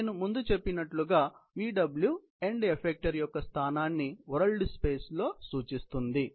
నేను ముందు చెప్పినట్లుగా Vw ఎండ్ ఎఫెక్టెర్ యొక్క స్థానాన్ని వరల్డ్ స్పేస్ లో సూచిస్తుంది